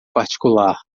particular